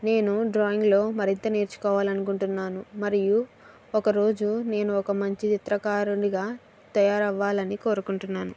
నేను డ్రాయింగ్లో మరింత నేర్చుకోవాలని అనుకుంటున్నాను మరియు ఒక రోజు నేను ఒక మంచి చిత్రకారునిగా తయారు అవ్వాలని కోరుకుంటున్నాను